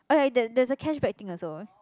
oh ya there's there's a cashback thing also